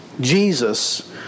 Jesus